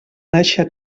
néixer